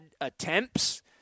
attempts